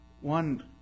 one